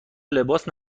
لباس